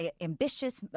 ambitious